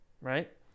Right